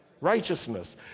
righteousness